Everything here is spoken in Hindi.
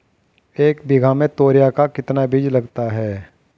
एक बीघा में तोरियां का कितना बीज लगता है?